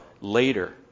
later